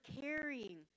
carrying